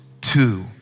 two